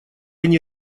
они